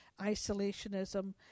isolationism